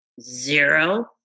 Zero